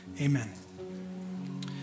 Amen